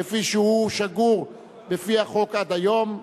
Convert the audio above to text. כפי שהוא שגור בפי החוק עד היום,